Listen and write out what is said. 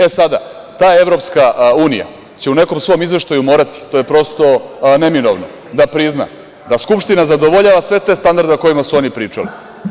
E sada, ta EU će u nekom svom izveštaju morati, to je prosto neminovno da prizna da Skupština zadovoljava sve te standarde o kojima su oni pričali.